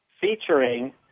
featuring